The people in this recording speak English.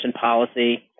policy